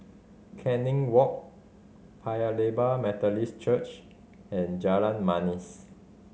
Canning Walk Paya Lebar Methodist Church and Jalan Manis